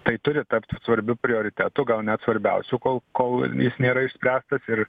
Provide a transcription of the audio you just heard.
tai turi tapti svarbiu prioritetu gal net svarbiausiu kol kol jis nėra išspręstas ir